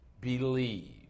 Believe